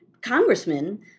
congressmen